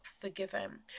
forgiven